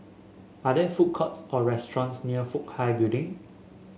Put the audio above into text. are there food courts or restaurants near Fook Hai Building